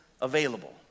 available